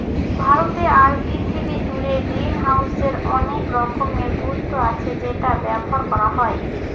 ভারতে আর পৃথিবী জুড়ে গ্রিনহাউসের অনেক রকমের গুরুত্ব আছে সেটা ব্যবহার করা হয়